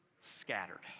scattered